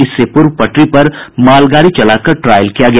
इससे पूर्व पटरी पर मालगाड़ी चलाकर ट्रायल किया गया